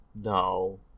No